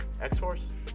X-Force